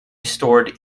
stored